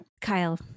Kyle